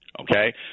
okay